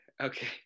okay